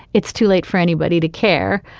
it's too late for anybody to care.